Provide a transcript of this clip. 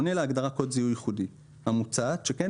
עונה להגדרת קוד זיהוי ייחודי המוצעת שכן